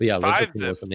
Five-zip